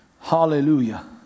Hallelujah